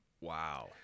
Wow